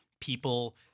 people